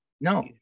No